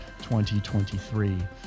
2023